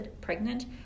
pregnant